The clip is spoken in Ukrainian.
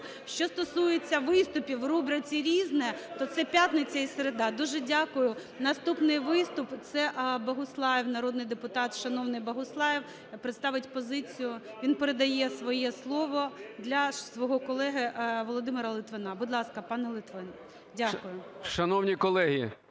Що стосується виступів в рубриці "Різне", то це п'ятниця і середа. Дуже дякую. Наступний виступ – це Богуслаєв, народний депутат. Шановний Богуслаєв представить позицію… Він передає своє слово для свого колеги Володимира Литвина. Будь ласка, пане Литвин. Дякую.